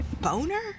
Boner